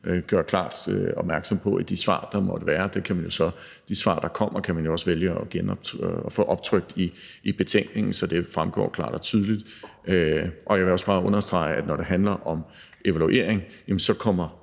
gøre klart opmærksom på i de svar, der måtte være. De svar, der kommer, kan man jo også vælge at få optrykt i betænkningen, så det fremgår klart og tydeligt. Jeg vil også bare understrege, at når det handler om evaluering, så kommer